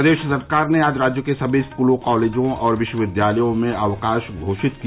प्रदेश सरकार ने आज राज्य के सभी स्कूलों कॉलेजों और विश्वविद्यालयों में अवकाश घोषित किया